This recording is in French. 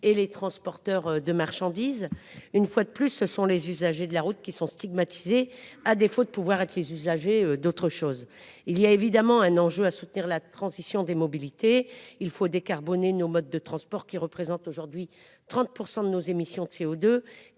et les transporteurs de marchandises. Une fois de plus ce sont les usagers de la route qui sont stigmatisés, à défaut de pouvoir être les usagers d'autres choses, il y a évidemment un enjeu à soutenir la transition des mobilités. Il faut décarboner nos modes de transport qui représente aujourd'hui 30% de nos émissions de CO2